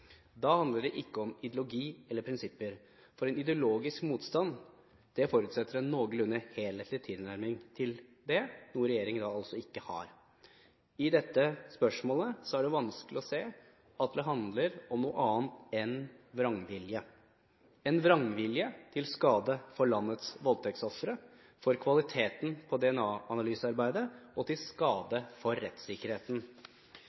Da handler det ikke om ideologi eller prinsipper, for en ideologisk motstand forutsetter en noenlunde helhetlig tilnærming til det – noe regjeringen altså ikke har. I dette spørsmålet er det vanskelig å se at det handler om noe annet enn vrangvilje – en vrangvilje til skade for landets voldtektsofre, for kvaliteten på DNA-analysearbeidet og til